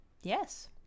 Yes